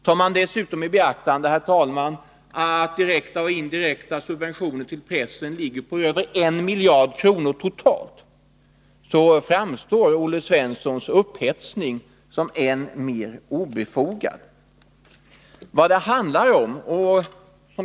Tar man dessutom, herr talman, i beaktande att direkta och indirekta subventioner till pressen ligger på över 1 miljard kronor totalt, så framstår Olle Svenssons upphetsning som obefogad.